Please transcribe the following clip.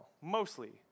Mostly